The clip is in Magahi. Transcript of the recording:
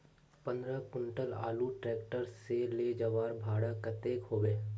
पंद्रह कुंटल आलूर ट्रैक्टर से ले जवार भाड़ा कतेक होबे?